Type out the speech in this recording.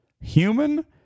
human